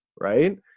right